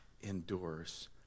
endures